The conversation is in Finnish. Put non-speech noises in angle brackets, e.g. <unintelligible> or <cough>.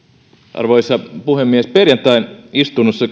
arvoisa puhemies perjantain istunnossa <unintelligible>